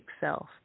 self